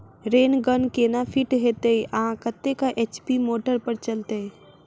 Rain gun केना fit हेतइ आ कतेक एच.पी मोटर पर चलतै?